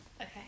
okay